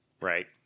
right